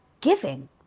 giving